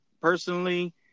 personally